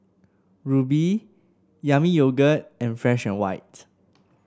Rubi Yami Yogurt and Fresh And White